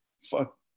fuck